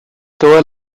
todas